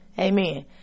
Amen